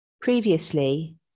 Previously